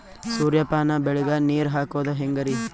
ಸೂರ್ಯಪಾನ ಬೆಳಿಗ ನೀರ್ ಹಾಕೋದ ಹೆಂಗರಿ?